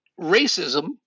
racism